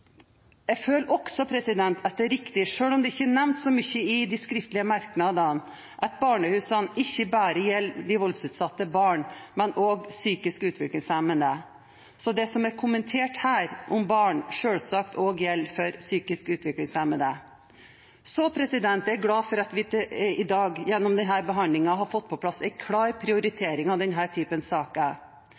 Jeg føler også at det er riktig å si, selv om det ikke er nevnt så mye i de skriftlige merknadene, at barnehusene ikke bare gjelder voldsutsatte barn, men også psykisk utviklingshemmede – det som er kommentert her om barn, gjelder selvsagt også for psykisk utviklingshemmede. Jeg er glad for at vi i dag gjennom denne behandlingen har fått på plass en klar prioritering av denne typen saker.